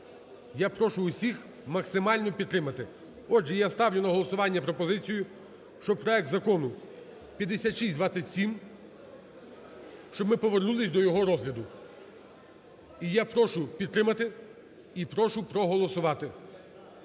я прошу усіх максимально підтримати. Отже, я ставлю на голосування пропозицію, що проект Закону 5627, щоб ми повернулись до його розгляду. І я прошу підтримати, і прошу проголосувати